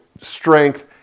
strength